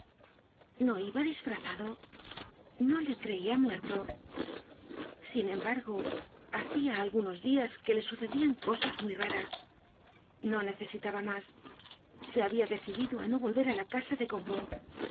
no iba disfrazado no le creia muerto sin embargo hacia algunos dias que le sucedian cosas muy raras no necesitaba mas se habia decidido á no volver á la casa de gorbeau